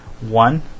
One